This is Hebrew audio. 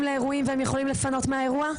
לאירועים והם יכולים לפנות מהאירוע?